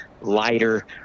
lighter